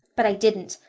but i didn't.